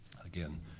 again,